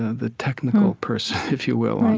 the technical person, if you will,